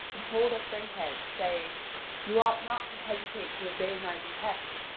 and hold up their heads, saying you ought not to hesitate to obey my behests,